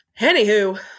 anywho